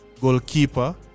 goalkeeper